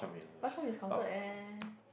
bak-chor-mee is counted eh